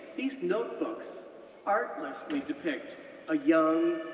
these notebooks artlessly depict a young,